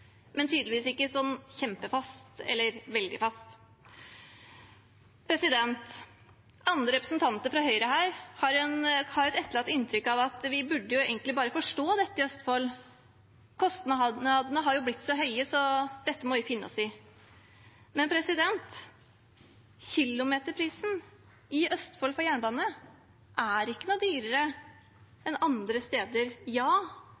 men tydeligvis ikke sånn kjempefast, eller så veldig fast. Andre representanter fra Høyre har her etterlatt et inntrykk av at vi egentlig bare burde forstå dette i Østfold. Kostnadene har jo blitt så høye, så dette må vi finne oss i. Men kilometerprisen for jernbane er ikke noe høyere i Østfold enn andre steder. Ja, prosjektet har blitt dyrere,